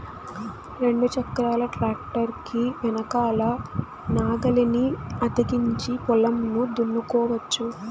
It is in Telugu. రెండు చక్రాల ట్రాక్టర్ కి వెనకల నాగలిని అతికించి పొలంను దున్నుకోవచ్చు